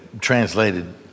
translated